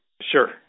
Sure